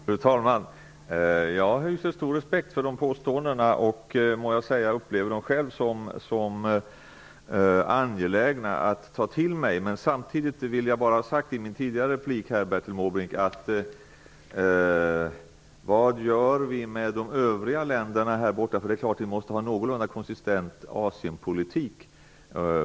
Fru talman! Jag hyser stor respekt för dessa påståenden. Jag själv upplever det som angeläget att ta till mig dem. Samtidigt vill jag ha sagt, som jag sade i ett tidigare inlägg: Vad gör vi med de övriga länderna? Vi måste ha en någorlunda konsistent asienpolitik.